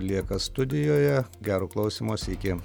lieka studijoje gero klausymosi iki